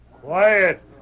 Quiet